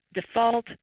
default